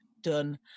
done